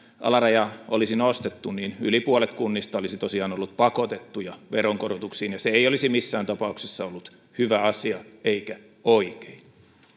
alaraja olisi nostettu niin yli puolet kunnista olisi tosiaan ollut pakotettuja veronkorotuksiin ja se ei olisi missään tapauksessa ollut hyvä asia eikä oikein